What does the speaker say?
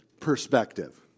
perspective